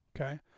okay